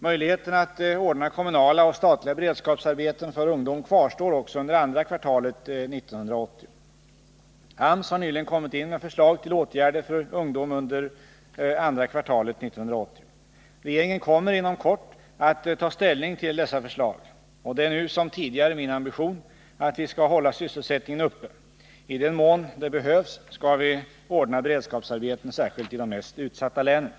Möjligheterna att ordna kommunala och statliga beredskapsarbeten för ungdom kvarstår också under andra kvartalet 1980. AMS har nyligen kommit in med förslag till åtgärder för ungdom under andra kvartalet 1980. Regeringen kommer inom kort att ta ställning till dessa förslag. Det är nu som tidigare min ambition att vi skall hålla sysselsättningen uppe. I den mån det behövs skall vi ordna beredskapsarbeten, särskilt ide Nr 61